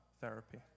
therapy